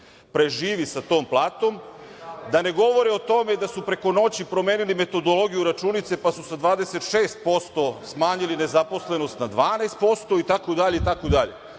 preživi sa tom platom. Da ne govorim o tome da su preko noći promenili metodologiju računice pa su sa 26% smanjili nezaposlenost na 12%, itd,